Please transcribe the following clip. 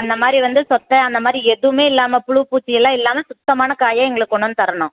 அந்த மாதிரி வந்து சொத்தை அந்த மாதிரி எதுவுமே இல்லாமல் புழு பூச்சி எல்லாம் இல்லாமல் சுத்தமான காயாக எங்களுக்கு கொண்டாந்து தரணும்